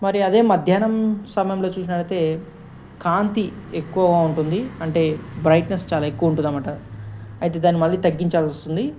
మరి అదే మధ్యాహ్నం సమయంలో చూసినట్టయితే కాంతి ఎక్కువగా ఉంటుంది అంటే బ్రైట్నెస్ చాలా ఎక్కువ ఉంటుదన్నమాట అయితే దాన్ని మళ్ళీ తగ్గించాల్సి వస్తుంది